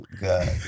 God